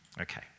okay